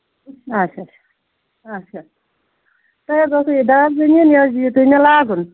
اَچھا اَچھا اَچھا تۄہہِ حظ اوسوٕ یہِ دانہِ زٔمیٖن یہِ حظ دِیِو تُہۍ مےٚ لاگُن